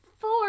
four